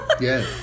Yes